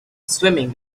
swimming